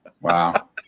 Wow